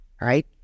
right